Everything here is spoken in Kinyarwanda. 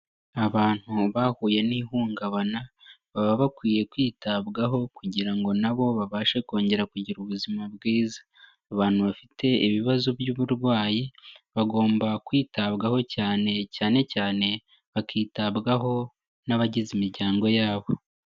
Abantu bahuye n'ihungabana, baba bakwiye kwitabwaho kugira ngo na bo babashe kongera kugira ubuzima bwiza. Abantu bafite ibibazo by'uburwayi, bagomba kwitabwaho cyane, cyane cyane bakitabwaho n'abagize imiryango yabo.